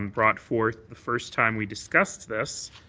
um brought forth the first time we discussed this